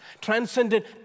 transcended